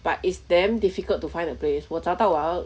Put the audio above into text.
but it's damn difficult to find a place 我找到我要